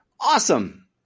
awesome